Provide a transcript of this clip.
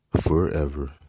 Forever